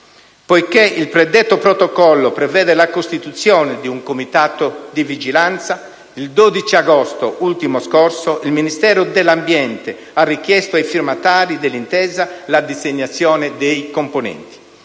Poiché il predetto protocollo prevede la costituzione di un comitato di vigilanza, lo scorso 12 agosto il Ministero dell'ambiente ha richiesto ai firmatari dell'intesa la designazione dei componenti.